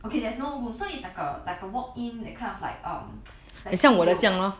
okay there's no room so it's like a like a walk in that kind of like err like studio